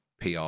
PR